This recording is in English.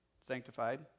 sanctified